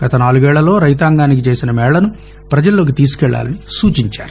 గత నాలుగేళ్లలో రైతాంగానికి చేసిన మేళ్లను పజల్లోకి తీసుకెళ్లాలని సూచించారు